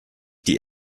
die